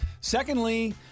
Secondly